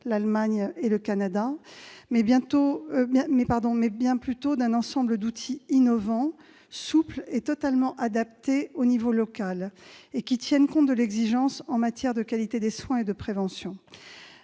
l'Allemagne et le Canada -mais, bien plutôt, d'un ensemble d'outils innovants, souples, totalement adaptés au niveau local, et qui tiennent compte des exigences en matière de qualité des soins et de prévention.